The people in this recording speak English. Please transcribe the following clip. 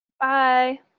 Bye